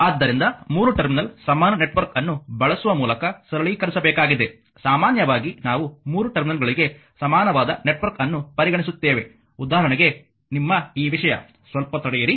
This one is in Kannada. ಆದ್ದರಿಂದ ಮೂರು ಟರ್ಮಿನಲ್ ಸಮಾನ ನೆಟ್ವರ್ಕ್ ಅನ್ನು ಬಳಸುವ ಮೂಲಕ ಸರಳೀಕರಿಸಬೇಕಾಗಿದೆ ಸಾಮಾನ್ಯವಾಗಿ ನಾವು 3 ಟರ್ಮಿನಲ್ಗಳಿಗೆ ಸಮಾನವಾದ ನೆಟ್ವರ್ಕ್ ಅನ್ನು ಪರಿಗಣಿಸುತ್ತೇವೆ ಉದಾಹರಣೆಗೆ ನಿಮ್ಮ ಈ ವಿಷಯ ಸ್ವಲ್ಪ ತಡೆಯಿರಿ